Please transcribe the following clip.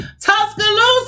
Tuscaloosa